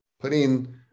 putting